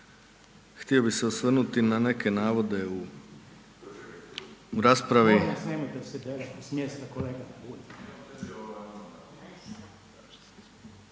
Htio bi se osvrnuti na neke navode u raspravi